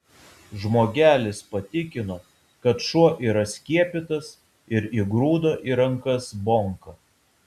žmogelis patikino kad šuo yra skiepytas ir įgrūdo į rankas bonką